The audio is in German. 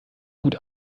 gut